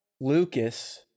Lucas